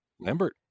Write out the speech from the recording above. Lambert